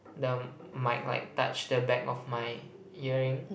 the mic like touch the back of my earring